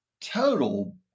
total